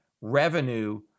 revenue